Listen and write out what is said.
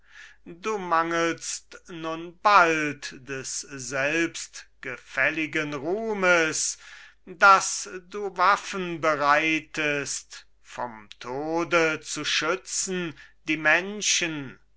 du mangelst nun bald des selbstgefälligen ruhmes daß du waffen bereitest vom tode zu schützen die menschen